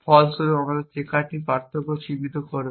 এবং ফলস্বরূপ এখানে এই চেকারটি পার্থক্য চিহ্নিত করবে